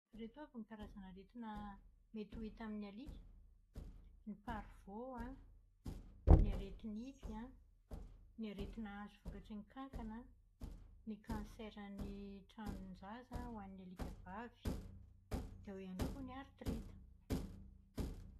Ireto avy ny karazan'aretina mety ho hita amin'ny alika. Ny parvo an, ny areti-nify an, ny aretina azo vokatry ny kankana, ny kansera an'ny tranon-jaza ho an'ny alika vavy, dia ao ihany koa ny artrita.